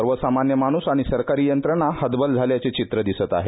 सर्वसामान्य माणूस आणि सरकारी यंत्रणा हतबल झाल्याचे चित्र दिसत आहे